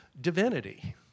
divinity